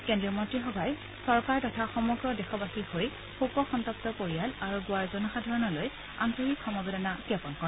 কেন্দ্ৰীয় মন্ত্ৰীসভাই চৰকাৰ তথা সমগ্ৰ দেশবাসীৰ হৈ শোকসন্তপ্ত পৰিয়াল আৰু গোৱাৰ জনসাধাৰণলৈ আন্তৰিক সমবেদনা জ্ঞাপন কৰে